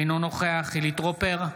אינו נוכח חילי טרופר,